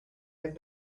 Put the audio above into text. have